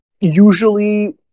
Usually